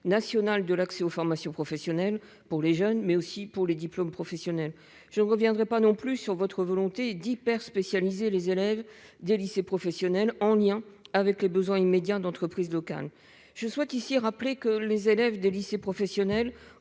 national de l'accès aux formations professionnelles pour les jeunes, mais aussi des diplômes professionnels. Je ne reviendrai pas non plus sur votre volonté d'hyperspécialiser les élèves des lycées professionnels, en lien avec les besoins immédiats des entreprises locales. Je rappelle que les élèves des lycées professionnels